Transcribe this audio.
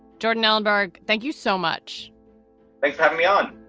jordan ellenberg, thank you so much. thanks for having me on